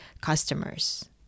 customers